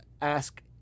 ask